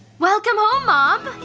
welcome home, mom!